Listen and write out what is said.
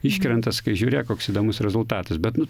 iškrenta sakai žiūrėk koks įdomus rezultatas bet nu